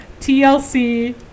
TLC